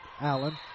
Allen